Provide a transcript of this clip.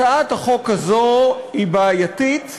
הצעת החוק הזו היא בעייתית,